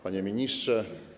Panie Ministrze!